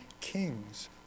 kings